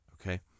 okay